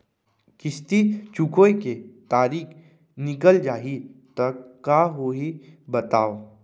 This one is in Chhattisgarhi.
किस्ती चुकोय के तारीक निकल जाही त का होही बताव?